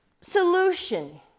solution